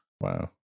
Wow